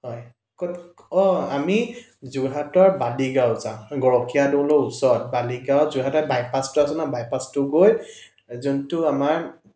হয় ক'ত অঁ আমি যোৰহাটৰ বালিগাঁও যাম গৰখীয়া দ'লৰ ওচৰত বালিগাঁও যোৰহাটৰ বাইপাছটো আছে নহয় বাইপাছটো গৈ যোনটো আমাৰ